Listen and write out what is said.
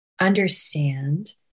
understand